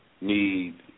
need